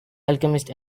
alchemist